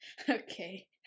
Okay